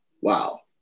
Wow